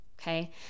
okay